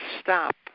stop